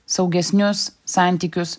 saugesnius santykius